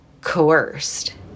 coerced